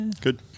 Good